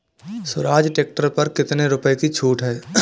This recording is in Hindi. स्वराज ट्रैक्टर पर कितनी रुपये की छूट है?